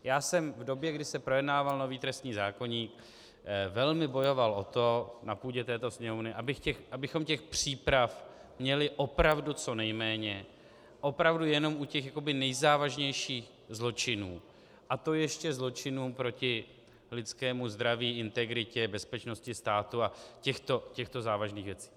Já jsem v době, kdy se projednával nový trestní zákoník, velmi bojoval o to na půdě této Sněmovny, abychom těch příprav měli opravdu co nejméně, opravdu u těch jakoby nejzávažnějších zločinů, a to ještě zločinů proti lidskému zdraví, integritě, bezpečnosti státu a těchto závažných věcí.